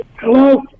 Hello